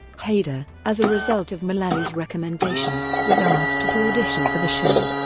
hader, as a result of mullally's recommendation, was asked to audition for the show,